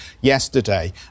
yesterday